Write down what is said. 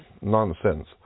nonsense